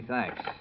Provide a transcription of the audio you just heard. Thanks